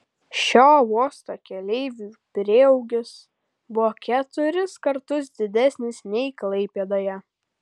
šio uosto keleivių prieaugis buvo keturis kartus didesnis nei klaipėdoje